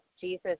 Jesus